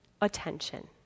attention